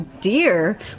dear